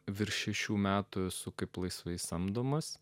virš šešių metų esu kaip laisvai samdomas